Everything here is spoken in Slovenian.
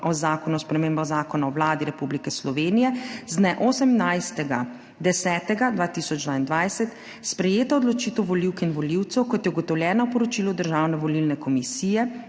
o spremembah Zakona o Vladi Republike Slovenije z dne 18. 10. 2022, sprejeta odločitev volivk in volivcev, kot je ugotovljeno v poročilu Državne volilne komisije